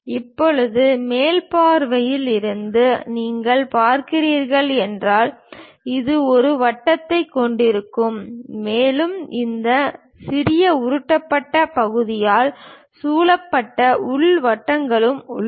இப்போது மேல் பார்வையில் இருந்து நீங்கள் பார்க்கிறீர்கள் என்றால் இது ஒரு வட்டத்தைக் கொண்டிருக்கும் மேலும் இந்த சிறிய உருட்டப்பட்ட பகுதிகளால் சூழப்பட்ட உள் வட்டங்களும் உள்ளன